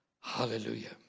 Hallelujah